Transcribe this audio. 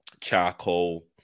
Charcoal